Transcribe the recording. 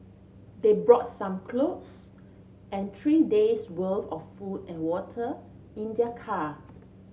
they brought some clothes and three days' worth of food and water in their car